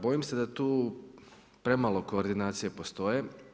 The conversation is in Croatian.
Bojim se da tu premalo koordinacije postoje.